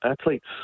athletes